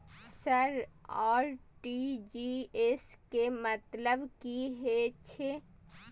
Sir RTGS के मतलब की हे छे?